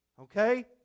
Okay